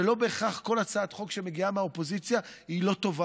ולא בהכרח כל הצעת חוק שמגיעה מהאופוזיציה היא לא טובה